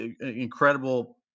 incredible